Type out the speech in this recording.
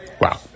Wow